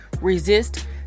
resist